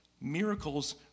miracles